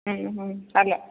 ഹും ഹും അല്ല